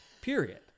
period